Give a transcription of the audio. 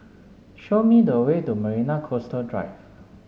show me the way to Marina Coastal Drive